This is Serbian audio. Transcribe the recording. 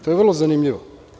To je vrlo zanimljivo.